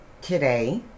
Today